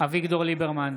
אביגדור ליברמן,